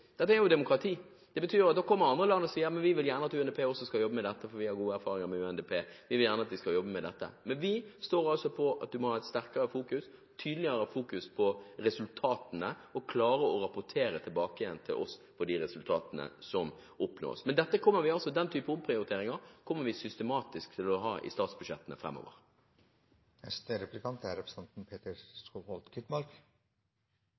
betyr at da kommer andre land og sier: Vi vil gjerne at UNDP også skal jobbe med dette, for vi har gode erfaringer med UNDP, vi vil gjerne at de skal jobbe med dette. Men vi står altså på at du må ha et sterkere og tydeligere fokus på resultatene og klare å rapportere tilbake til oss på de resultatene som oppnås. Men den type omprioriteringer kommer vi altså systematisk til å ha i statsbudsjettene framover. Gjennom samarbeid og alliansebygging, gjennom styrearbeid, gjennom evalueringsrapporter og gjennom pengebidrag er